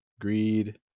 greed